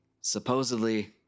supposedly